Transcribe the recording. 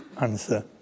answer